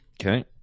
Okay